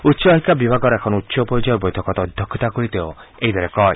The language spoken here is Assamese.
উচ্চ শিক্ষা বিভাগৰ এখন উচ্চ পৰ্যায়ৰ বৈঠকত অধ্যক্ষতা কৰি তেওঁ এইদৰে কয়